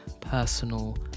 personal